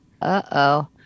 Uh-oh